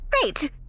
Great